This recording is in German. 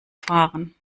fahren